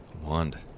wand